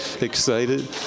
excited